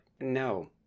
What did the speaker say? no